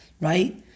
right